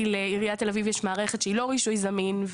כי לעיריית תל אביב יש מערכת שלא רישוי זמין,